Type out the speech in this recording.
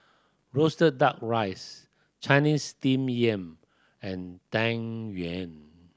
roasted Duck Rice Chinese Steamed Yam and Tang Yuen